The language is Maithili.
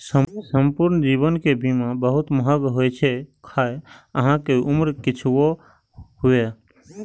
संपूर्ण जीवन के बीमा बहुत महग होइ छै, खाहे अहांक उम्र किछुओ हुअय